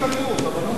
יש התקדמות.